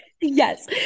Yes